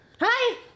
Hi